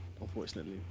unfortunately